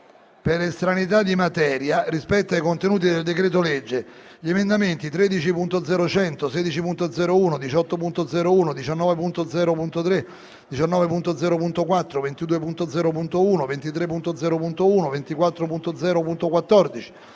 per estraneità di materia rispetto ai contenuti del decreto-legge, gli emendamenti 13.0.100, 16.0.1, 18.0.1, 19.0.3, 19.0.4, 22.0.1, 23.0.1, 24.0.14,